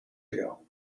ago